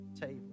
table